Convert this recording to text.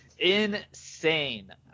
insane